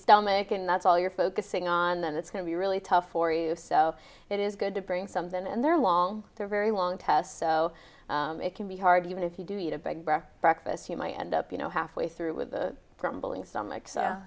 stomach and that's all you're focusing on then it's going to be really tough for you so it is good to bring some then and there along the very long test so it can be hard even if you do eat a big breakfast you might end up you know halfway through with the grumbling stomach so